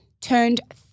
turned